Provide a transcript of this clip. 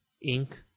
ink